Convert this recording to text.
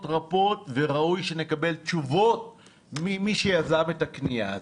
רבות וראוי שנקבל תשובות ממי שיזם את הקנייה הזו.